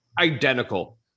Identical